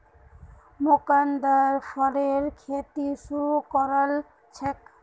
मुकुन्द फरेर खेती शुरू करल छेक